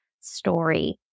story